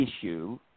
issue –